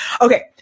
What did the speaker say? Okay